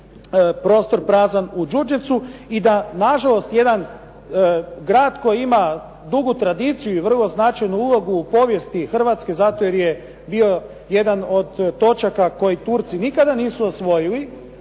prostor prazan u Đurđevcu. I da nažalost jedan grad koji ima drugu tradiciju i vrlo značajnu ulogu u povijesti Hrvatske zato jer je bio jedan od točaka koji Turci nikada nisu usvojili,